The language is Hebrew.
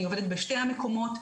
אני עובדת בשני המקומות,